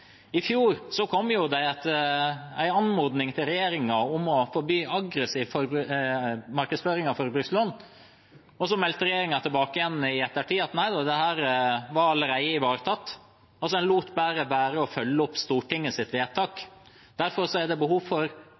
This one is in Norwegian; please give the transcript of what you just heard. I fjor kom det en anmodning til regjeringen om å forby aggressiv markedsføring av forbrukslån. Da meldte regjeringen tilbake i ettertid at nei da, dette var allerede ivaretatt. En lot altså bare være å følge opp Stortingets vedtak. Derfor er det behov for tydeligere, klarere virkemidler fra Stortingets side, og for å si at markedsføring av forbrukslån er det ikke behov for.